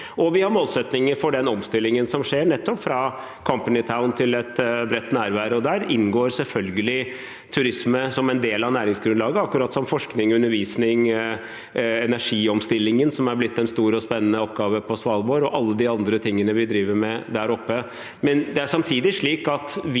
vi har målsettinger for den omstillingen som skjer nettopp fra «company town» til et bredt nærvær. Der inngår selvfølgelig turisme som en del av næringsgrunnlaget, akkurat som forskning og undervisning, energiomstilling, som er blitt en stor og spennende oppgave på Svalbard, og alt det andre vi driver med der oppe.